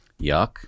Yuck